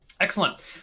Excellent